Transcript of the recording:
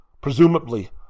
presumably